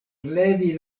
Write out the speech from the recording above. levi